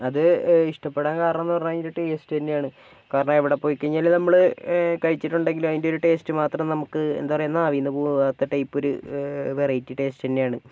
അത് ഇഷ്ടപ്പെടാൻ കാരണം എന്ന് പറഞ്ഞാൽ അതിൻ്റെ ടേസ്റ്റ് തന്നെയാണ് കാരണം എവിടെ പോയി കഴിഞ്ഞാലും നമ്മള് കഴിച്ചിട്ടുണ്ടെങ്കില് അതിൻ്റെ ഒരു ടേസ്റ്റ് നമുക്ക് എന്താ പറയുക നാവിൽ നിന്ന് പോകാത്ത ടൈപ്പ് ഒരു വെറൈറ്റി ടേസ്റ്റ് തന്നെയാണ്